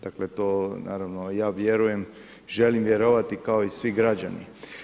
Dakle, to naravno ja vjerujem, želim vjerovati kao i svi građani.